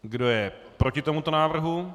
Kdo je proti tomuto návrhu?